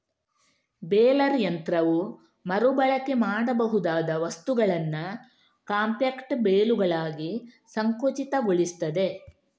baler ಯಂತ್ರವು ಮರು ಬಳಕೆ ಮಾಡಬಹುದಾದ ವಸ್ತುಗಳನ್ನ ಕಾಂಪ್ಯಾಕ್ಟ್ ಬೇಲುಗಳಾಗಿ ಸಂಕುಚಿತಗೊಳಿಸ್ತದೆ